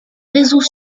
réseaux